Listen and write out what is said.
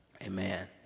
Amen